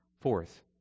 Fourth